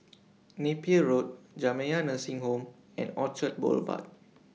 Napier Road Jamiyah Nursing Home and Orchard Boulevard